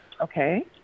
Okay